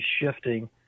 shifting